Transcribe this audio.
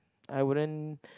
I wouldn't